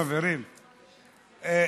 חברים,